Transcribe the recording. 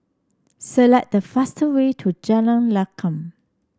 select the fastest way to Jalan Lakum